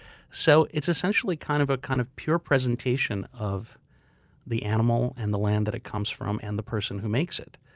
so it's essentially kind of a kind of pure presentation of the animal, and the land that it comes from, and the person who makes it.